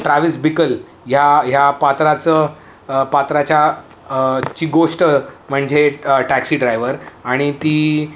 Travis Bickle ह्या ह्या पात्राचं पात्राच्या ची गोष्ट म्हणजे टॅक्सी ड्रायव्हर आणि ती